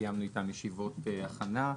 וקיימנו איתם ישיבות הכנה.